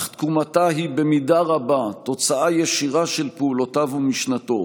אך תקומתה היא במידה רבה תוצאה ישירה של פעולותיו ומשנתו,